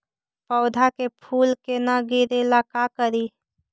पौधा के फुल के न गिरे ला का करि?